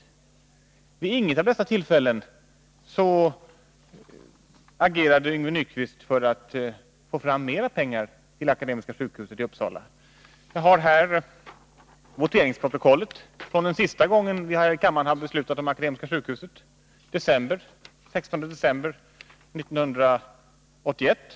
Inte vid något av dessa tillfällen agerade Yngve Nyquist för att få fram mera pengar till Akademiska sjukhuset. Jag har här voteringsprotokollet från den senaste gången vi här i kammaren beslutade om Akademiska sjukhuset, nämligen den 16 december 1981.